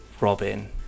Robin